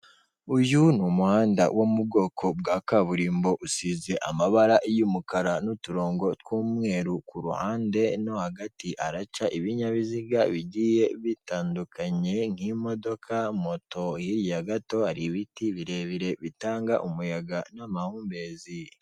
Uyu ni umuhanda wo mu bwoko bwa kaburimbo usize amabara y'umukara n'uturongo tw'umweru, ku ruhande no hagati haraca ibinyabiziga bigiye bitandukanye nk'imodoka, moto hirya gato hari ibiti birebire bitanga n'amahumbezi.